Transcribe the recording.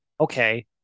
Okay